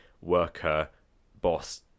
worker-boss